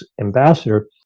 ambassador